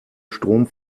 strom